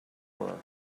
were